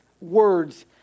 words